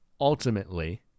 ultimately